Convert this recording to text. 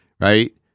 right